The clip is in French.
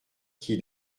qui